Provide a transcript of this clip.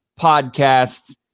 Podcasts